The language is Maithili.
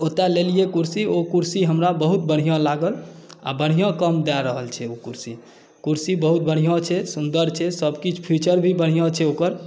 ओतय लेलियै कुरसी ओ कुरसी हमरा बहुत बढ़िआँ लागल आ बढ़िआँ काम दए रहल छै ओ कुरसी कुरसी बहुत बढ़िआँ छै सुन्दर छै सभकिछु फीचर भी बढ़िआँ छै ओकर